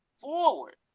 forward